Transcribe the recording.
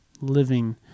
living